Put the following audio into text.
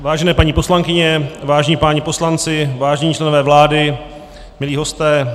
Vážené paní poslankyně, vážení páni poslanci, vážení členové vlády, milí hosté.